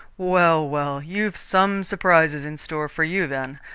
well, well, you've some surprises in store for you, then.